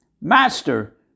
Master